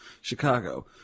chicago